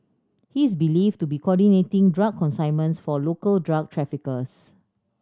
he is believed to be coordinating drug consignments for local drug traffickers